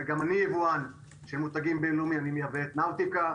שגם אני יבואן של מותגים בינלאומיים אני מייבא את "נאוטיקה",